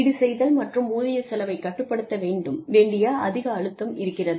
ஈடு செய்தல் மற்றும் ஊதிய செலவைக் கட்டுப்படுத்த வேண்டிய அதிக அழுத்தம் இருக்கிறது